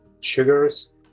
sugars